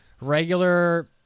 regular